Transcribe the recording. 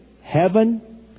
heaven